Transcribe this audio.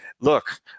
look